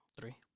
Three